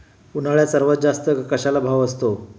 उन्हाळ्यात सर्वात जास्त कशाला भाव असतो?